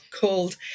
called